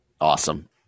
Awesome